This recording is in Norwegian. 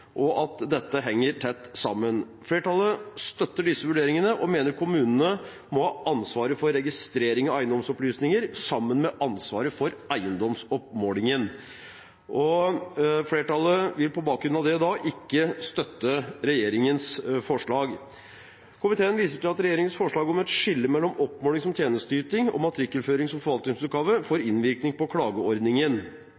og at dette henger tett sammen. Flertallet støtter disse vurderingene og mener kommunene må ha ansvaret for registrering av eiendomsopplysninger sammen med ansvaret for eiendomsoppmålingen. Flertallet vil på bakgrunn av det ikke støtte regjeringens forslag. Komiteen viser til at regjeringens forslag om et skille mellom oppmåling som tjenesteyting og matrikkelføring som forvaltningsoppgave får